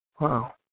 Wow